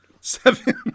Seven